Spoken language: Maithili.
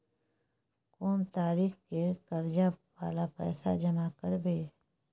कोन तारीख के कर्जा वाला पैसा जमा करबे?